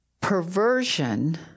perversion